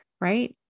right